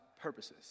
Purposes